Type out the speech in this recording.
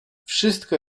wszystko